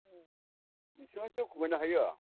बेसेबांसो खमायनो हायो